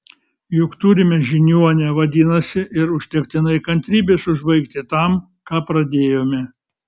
juk turime žiniuonę vadinasi ir užtektinai kantrybės užbaigti tam ką pradėjome